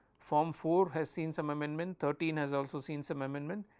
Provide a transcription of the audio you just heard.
form four has seen some amendment, thirteen has also seen some amendment,